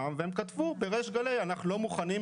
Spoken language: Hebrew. והם כתבו בריש גלי: אנחנו לא מוכנים,